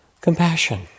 Compassion